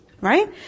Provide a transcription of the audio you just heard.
Right